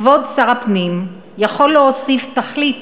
כבוד שר הפנים יכול להוסיף תכלית